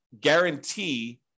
guarantee